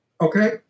okay